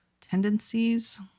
tendencies